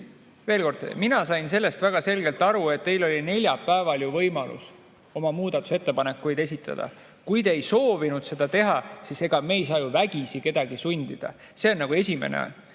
Veel kord: mina sain sellest väga selgelt aru, et teil oli neljapäeval võimalus oma muudatusettepanekuid [selgitada]. Kui te ei soovinud seda teha, siis ega me ei saa ju vägisi kedagi sundida. See on nagu esimene